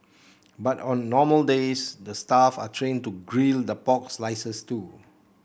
but on normal days the staff are trained to grill the pork slices too